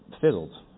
fizzled